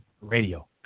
radio